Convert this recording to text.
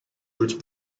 route